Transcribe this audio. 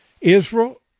Israel